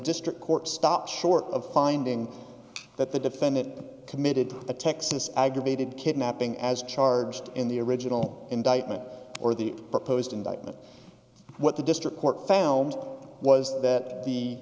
district court stopped short of finding that the defendant committed the texas aggravated kidnapping as charged in the original indictment or the proposed indictment what the district court found was that the